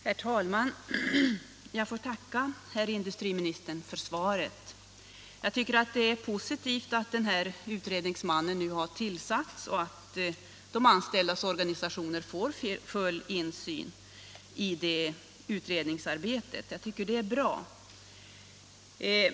Herr talman! Jag får tacka herr industriministern för svaret. Jag tycker att det är positivt att den här utredningsmannen nu har tillsatts och att de anställdas organisationer får full insyn i det utredningsarbetet. Det tycker jag är bra.